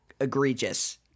egregious